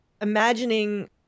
imagining